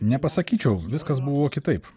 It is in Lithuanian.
nepasakyčiau viskas buvo kitaip